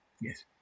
Yes